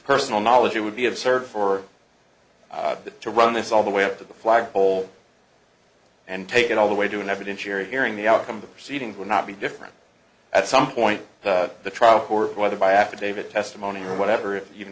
personal knowledge it would be absurd for that to run this all the way up to the flagpole and take it all the way doing evidence you're hearing the outcome of the proceedings would not be different at some point the trial court whether by affidavit testimony or whatever it is even